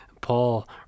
Paul